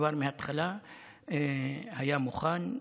כבר מההתחלה הוא היה מוכן.